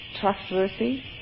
trustworthy